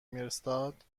میرستاد